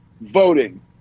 voting